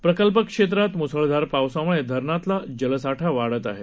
प्रकल्प क्षेत्रात म्सळधार पावसाम्ळे धरणातला जलसाठा वाढत आहे